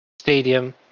stadium